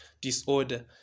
disorder